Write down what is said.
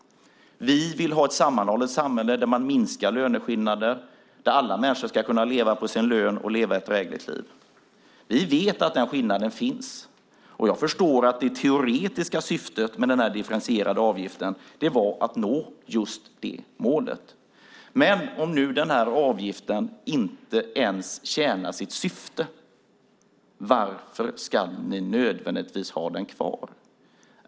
Vi vill ha ett sammanhållet samhälle där löneskillnaderna minskar, där alla människor ska kunna leva på sin lön och därmed leva ett drägligt liv. Vi vet att skillnaden finns, och jag förstår att det teoretiska syftet med den differentierade avgiften var att nå just det målet. Men om avgiften inte tjänar sitt syfte, varför ska ni nödvändigtvis ha den kvar?